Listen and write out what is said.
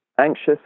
anxious